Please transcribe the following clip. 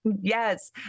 Yes